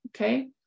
okay